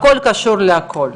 הכול קשור להכול.